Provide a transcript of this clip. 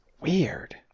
weird